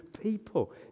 people